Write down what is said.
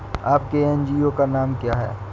आपके एन.जी.ओ का नाम क्या है?